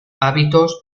hábitos